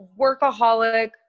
workaholic